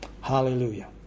Hallelujah